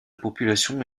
population